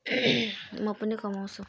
म पनि कमाउँछु